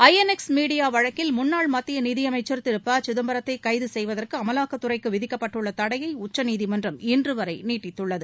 ஐ N X media வழக்கில் முன்னாள் மத்திய நிதியமைச்சர் திரு ப சிதம்பரத்தை கைது செய்வதற்கு அமலாக்கத் துறைக்கு விதிக்கப்பட்டுள்ள தடையை உச்சநீதிமன்றம் இன்றுவரை நீட்டித்துள்ளது